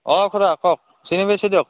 অঁ খুৰা কওক চিনি পাইছো দিয়ক